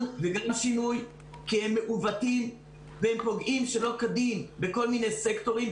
וגם שינוי כי הם מעוותים והם פוגעים שלא כדין בכל מיני סקטורים,